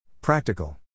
Practical